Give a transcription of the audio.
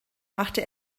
machte